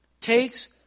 takes